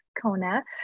Kona